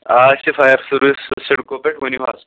آ أسۍ چھِ فایَر سٔروِس سِڈکو پٮ۪ٹھ ؤنِو حظ